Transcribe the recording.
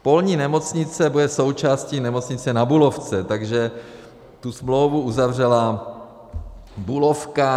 Polní nemocnice bude součástí Nemocnice Na Bulovce, takže tu smlouvu uzavřela Bulovka.